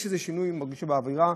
יש איזה שינוי, מרגישים, באווירה,